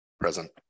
Present